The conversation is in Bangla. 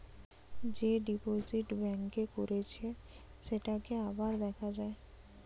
যে ডিপোজিট ব্যাঙ্ক এ করেছে সেটাকে আবার দেখা যায়